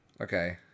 okay